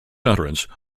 utterance